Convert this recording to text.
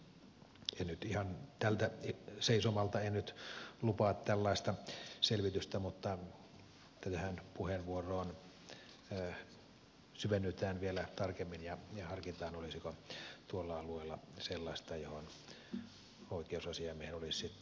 en nyt ihan tältä seisomalta lupaa tällaista selvitystä mutta tähän puheenvuoroon syvennytään vielä tarkemmin ja harkitaan olisiko tuolla alueella sellaista mihin oikeusasiamiehen olisi sitten aihetta puuttua